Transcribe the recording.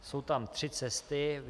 Jsou tam tři cesty. Vy